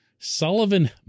Sullivan